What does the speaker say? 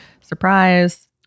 Surprise